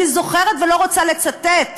אני זוכרת, ולא רוצה לצטט